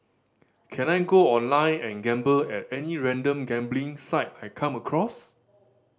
can I go online and gamble at any random gambling site I come across